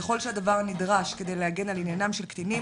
ככל שהדבר נדרש כדי להגן על עניינם של קטינים